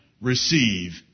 receive